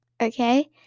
okay